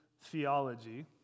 theology